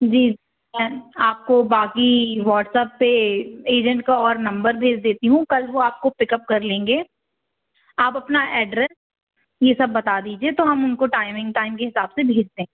जी एन आपको बाक़ी व्हाट्सएप पर एजेंट का और नंबर भेज देता हूँ कल वो आपको पिकअप कर लेंगे आप अपना एड्रेस ये सब बता दीजिए तो हम उनको टाइमिंग टाइम के हिसाब से भेज देंगे